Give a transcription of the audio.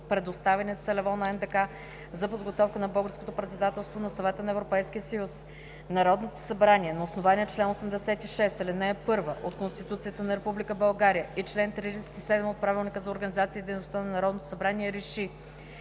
предоставени целево на НДК за подготовка на Българското председателство на Съвета на Европейския съюз Народното събрание на основание чл. 86, ал. 1 от Конституцията на Република България и чл. 37 от Правилника за организацията и дейността на Народното събрание